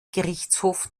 gerichtshofs